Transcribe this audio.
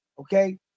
okay